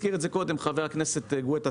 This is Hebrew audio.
הזכיר את זה קודם חבר הכנסת גואטה,